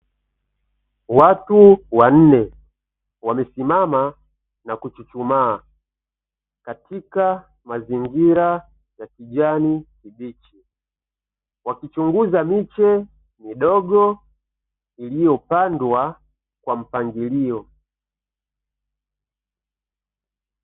Watu wanne wamesimama na kuchuchumaa katika mazingira ya kijani kibichi, wakichunguza miche midogo iliyopandwa kwa mpangilio.